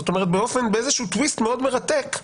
זאת אומרת, באיזשהו טוויסט מאוד מרתק,